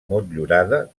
motllurada